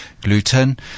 gluten